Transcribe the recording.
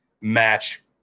match